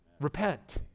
Repent